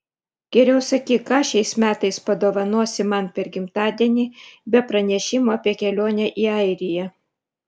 geriau sakyk ką šiais metais padovanosi man per gimtadienį be pranešimo apie kelionę į airiją